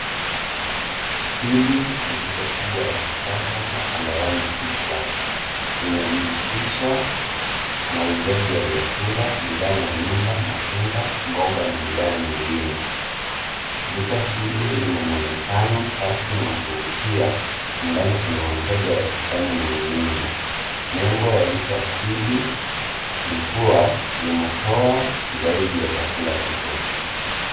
Hili ni duka kubwa la kisasa la Chandarana FoodPlus . Linajihusisha na uuzaji wa vyakula, bidhaa za nyumba, matunda, mboga na bidhaa nyingine. Duka hili lina muonekano safi na wa kuvutia. Ndani kuna wateja wakifanya manunuzi. Nembo ya duka hili ni kuwa linatoa zaidi ya chakula pekee.